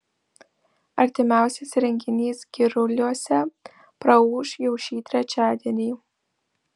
artimiausias renginys giruliuose praūš jau šį trečiadienį